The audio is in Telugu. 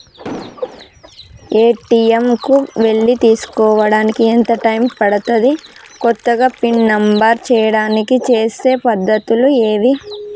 ఏ.టి.ఎమ్ కు వెళ్లి చేసుకోవడానికి ఎంత టైం పడుతది? కొత్తగా పిన్ నంబర్ చేయడానికి చేసే పద్ధతులు ఏవి?